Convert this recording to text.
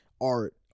art